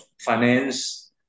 finance